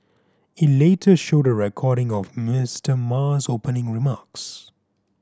it later showed a recording of Mister Ma's opening remarks